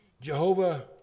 Jehovah